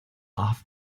off